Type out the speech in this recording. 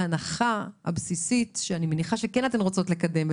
ההנחה הבסיסית שאני מניחה שאתן כן רוצות לקדם,